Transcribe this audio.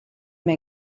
may